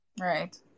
Right